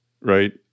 right